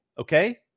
Okay